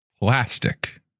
plastic